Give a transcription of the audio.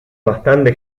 bastante